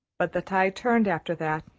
but the tide turned after that.